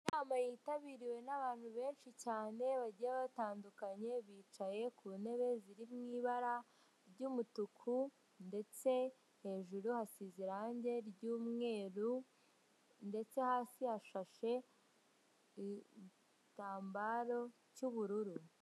Inama yitabiriwe n'abantu benshi cyane bagiye batandukanye, bicaye ku ntebe ziri mw'ibara ry'umutuku ndetse hejuru hasize irange ry'umweru ndetse hasi yashashe igitambaro cy'ubururu.